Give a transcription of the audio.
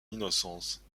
innocence